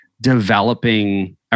developing